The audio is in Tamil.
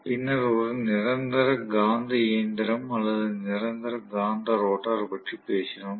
பின்னர் ஒரு நிரந்தர காந்த இயந்திரம் அல்லது நிரந்தர காந்த ரோட்டார் பற்றி பேசினோம்